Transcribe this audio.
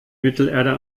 mittelerde